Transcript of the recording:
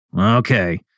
Okay